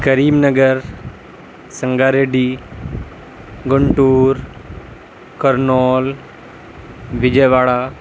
کریم Nagar Sangareddy Guntur Kurnool وجے واڑا